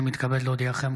אני מתכבד להודיעכם,